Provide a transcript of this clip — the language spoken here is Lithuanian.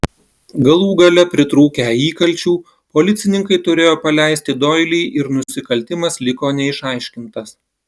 galų gale pritrūkę įkalčių policininkai turėjo paleisti doilį ir nusikaltimas liko neišaiškintas